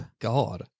God